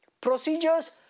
procedures